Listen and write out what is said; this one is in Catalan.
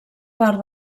part